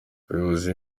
bayobozi